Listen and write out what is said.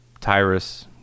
Tyrus